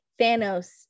Thanos